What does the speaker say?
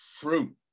fruit